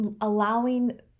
allowing